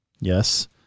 Yes